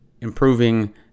improving